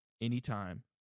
anytime